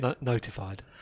notified